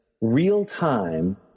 real-time